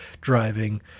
driving